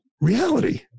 reality